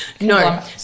no